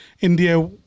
India